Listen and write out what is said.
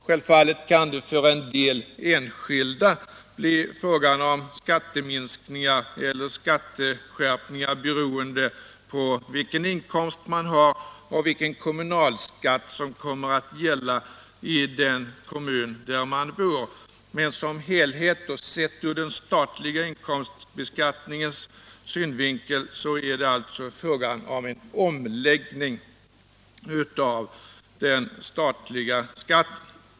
Självfallet kan det för en del enskilda bli fråga om skatteminskningar eller skatteskärpningar, beroende på vilken inkomst man har och vilken kommunalskatt som kommer att gälla i den kommun där man bor, men som helhet och sett ur den statliga inkomstbeskattningens synvinkel är det alltså fråga om en omläggning av den statliga skatten.